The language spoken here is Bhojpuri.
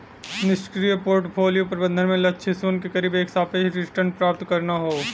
निष्क्रिय पोर्टफोलियो प्रबंधन में लक्ष्य शून्य के करीब एक सापेक्ष रिटर्न प्राप्त करना हौ